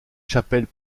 chapelles